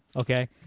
Okay